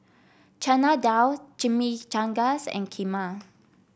Chana Dal Chimichangas and Kheema